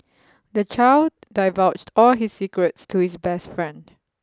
the child divulged all his secrets to his best friend